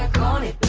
bonnie